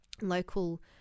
local